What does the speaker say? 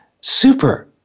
super